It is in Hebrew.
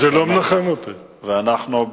ואנחנו,